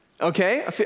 Okay